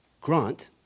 Grant